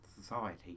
society